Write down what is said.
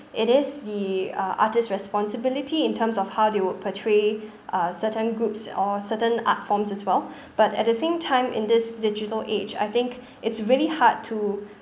it is the uh artist's responsibility in terms of how they would portray uh certain groups or certain art forms as well but at the same time in this digital age I think it's really hard to